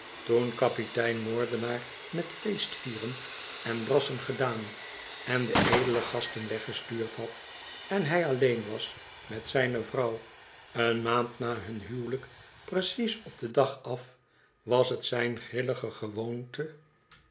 toen kapitein moordenaar met feestvieren en brassen gedaan en de edele gasten weggestuurd had en hij alleen was met zijne vrouw een maand na hun huwelijk precies op den dag af was t zijn grillige gewoonte